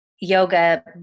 yoga